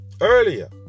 Earlier